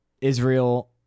Israel